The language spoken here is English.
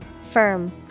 Firm